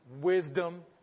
wisdom